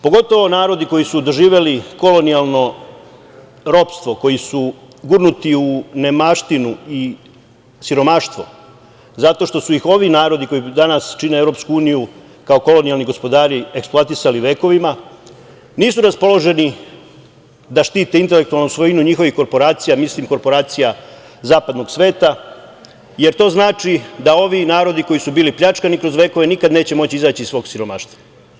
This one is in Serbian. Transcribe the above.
Pogotovo narodi koji su doživeli kolonijalno ropstvo, koji su gurnuti u nemaštinu i siromaštvo, zato što su ih ovi narodi koji danas čine EU, kao kolonijalni gospodari eksploatisali vekovima nisu raspoloženi da štite intelektualnu svojinu njihovih korporacija, mislim korporacija zapadnog sveta, jer to znači da ovi narodi koji su bili pljačkani kroz vekove nikada neće moći izaći iz svog siromaštva.